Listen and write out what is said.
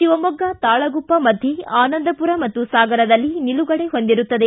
ಶಿವಮೊಗ್ಗ ತಾಳಗುಪ್ಪ ಮಧ್ಯೆ ಆನಂದಪುರ ಮತ್ತು ಸಾಗರದಲ್ಲಿ ನಿಲುಗಡೆ ಹೊಂದಿರುತ್ತದೆ